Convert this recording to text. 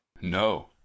no